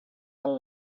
del